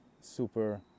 super